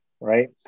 right